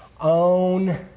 own